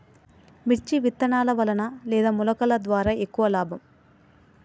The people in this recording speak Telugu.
మిర్చి విత్తనాల వలన లేదా మొలకల ద్వారా ఎక్కువ లాభం?